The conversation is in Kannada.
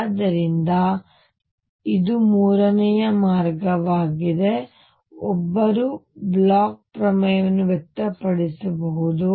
ಆದ್ದರಿಂದ ಇದು ಮೂರನೇ ಮಾರ್ಗವಾಗಿದೆ ಒಬ್ಬರು ಬ್ಲೋಚ್blochನ ಪ್ರಮೇಯವನ್ನು ವ್ಯಕ್ತಪಡಿಸಬಹುದು